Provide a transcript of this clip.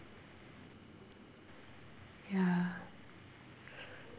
yeah